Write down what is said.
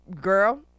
girl